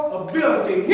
ability